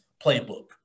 playbook